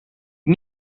die